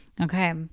okay